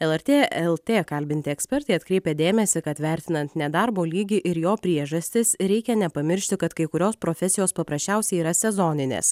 lrt lt kalbinti ekspertai atkreipė dėmesį kad vertinant nedarbo lygį ir jo priežastis reikia nepamiršti kad kai kurios profesijos paprasčiausiai yra sezoninės